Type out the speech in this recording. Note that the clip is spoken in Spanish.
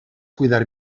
cuidar